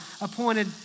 appointed